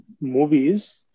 movies